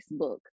Facebook